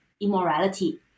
immorality